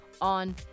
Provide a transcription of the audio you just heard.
on